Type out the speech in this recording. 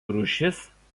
rūšis